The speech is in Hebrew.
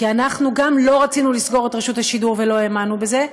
כי אנחנו גם לא רצינו לסגור את רשות השידור ולא האמנו בזה,